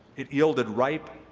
it yielded ripe